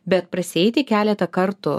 bet prasieiti keletą kartų